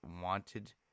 wanted